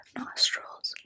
nostrils